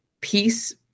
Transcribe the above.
peace